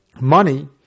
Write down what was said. money